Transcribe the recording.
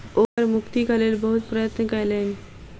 ओ कर मुक्तिक लेल बहुत प्रयत्न कयलैन